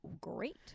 great